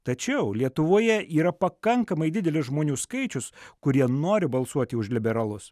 tačiau lietuvoje yra pakankamai didelis žmonių skaičius kurie nori balsuoti už liberalus